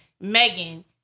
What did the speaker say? Megan